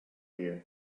here